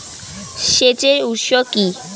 সেচের উৎস কি?